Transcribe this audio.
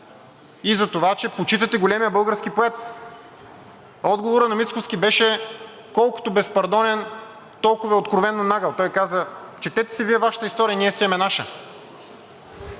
и за това, че почитате големия български поет.“ Отговорът на Мицкоски беше колкото безпардонен, толкова и откровено нагъл. Той каза: „Четете си Вие Вашата история, ние си имаме наша.“